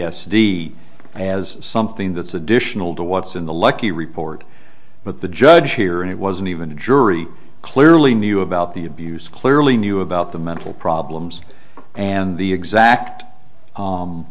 s d as something that's additional to what's in the lucky report but the judge here and it wasn't even a jury clearly knew about the abuse clearly knew about the mental problems and the exact sum